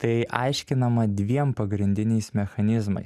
tai aiškinama dviem pagrindiniais mechanizmais